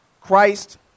Christ